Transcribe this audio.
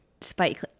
Spike